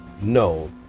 no